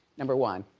number one,